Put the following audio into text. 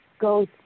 goes